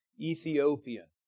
Ethiopian